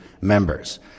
members